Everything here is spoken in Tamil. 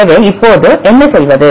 எனவே இப்போது என்ன செய்வது